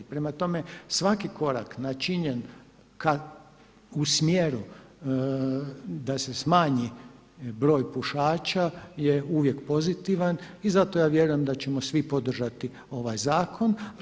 Prema tome, svaki korak načinjen u smjeru da se smanji broj pušača je uvijek pozitivan i zato ja vjerujem da ćemo svi podržati ovaj zakon.